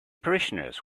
parishioners